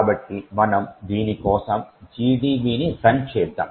కాబట్టి మనము దీని కోసం GDB ని రన్ చేద్దాం